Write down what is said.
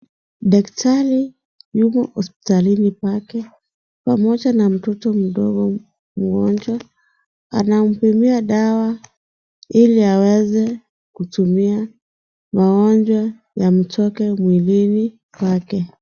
Daktari yuko hospitalini pake pamoja na mtoto mdogo mgonjwa. Anampimia dawa ili aweze kutumia, magonjwa yamtoke mwilini kwake.